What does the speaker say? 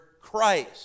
Christ